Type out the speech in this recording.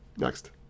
next